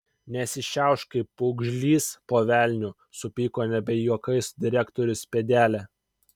nesišiaušk kaip pūgžlys po velnių supyko nebe juokais direktorius pėdelė